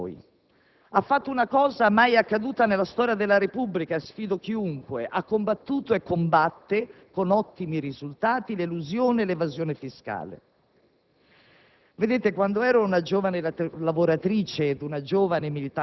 Il Governo ha operato una forte azione di risanamento: bene, diciamo noi. Ha fatto una cosa mai accaduta nella storia della Repubblica (sfido chiunque a dire il contrario): ha combattuto e combatte, con ottimi risultati, l'elusione e l'evasione fiscale.